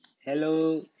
Hello